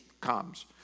comes